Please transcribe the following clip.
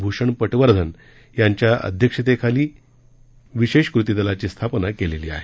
भूषण पटवर्धन यांच्या अध्यक्षतेखाली विशेष कृतीदलाची स्थापना केलेली आहे